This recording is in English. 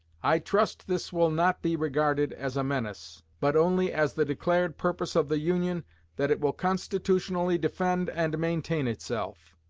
i trust this will not be regarded as a menace, but only as the declared purpose of the union that it will constitutionally defend and maintain itself.